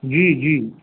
जी जी